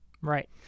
right